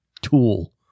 tool